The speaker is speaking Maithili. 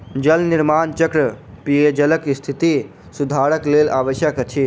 जल निर्माण चक्र पेयजलक स्थिति सुधारक लेल आवश्यक अछि